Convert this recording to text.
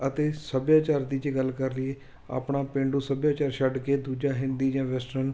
ਅਤੇ ਸੱਭਿਆਚਾਰ ਦੀ ਜੇ ਗੱਲ ਕਰ ਲਈਏ ਆਪਣਾ ਪੇਂਡੂ ਸੱਭਿਆਚਾਰ ਛੱਡ ਕੇ ਦੂਜਾ ਹਿੰਦੀ ਜਾਂ ਵੈਸਟਰਨ